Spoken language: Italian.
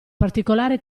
particolare